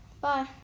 bye